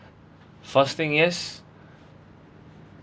first thing is